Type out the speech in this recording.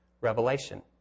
revelation